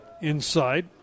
inside